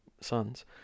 sons